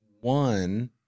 one